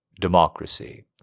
democracy